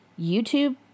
YouTube